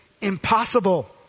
impossible